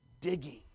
digging